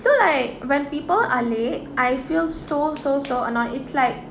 so like when people are late I feel so so so annoyed it's like